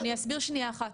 אני אסביר שנייה אחת.